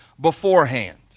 beforehand